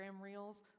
reels